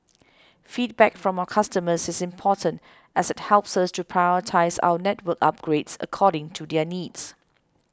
feedback from our customers is important as it helps us to prioritise our network upgrades according to their needs